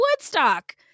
Woodstock